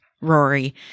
Rory